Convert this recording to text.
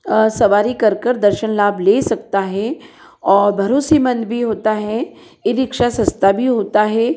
सवारी कर कर दर्शन लाभ ले सकता है और भरोसेमन्द भी होता है ई रिक्शा सस्ता भी होता है